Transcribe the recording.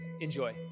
Enjoy